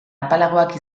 apalagoak